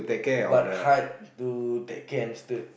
but hard to take care hamster